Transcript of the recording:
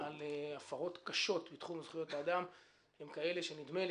על הפרות קשות בתחום זכויות האדם הן כאלה שנדמה לי